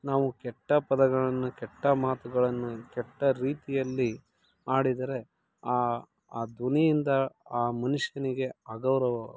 ನಾವು ಕೆಟ್ಟ ಪದಗಳನ್ನು ಕೆಟ್ಟ ಮಾತುಗಳನ್ನು ಕೆಟ್ಟ ರೀತಿಯಲ್ಲಿ ಆಡಿದರೆ ಆ ಆ ಧ್ವನಿಯಿಂದ ಆ ಮನುಷ್ಯನಿಗೆ ಅಗೌರವವಾಗುವುದು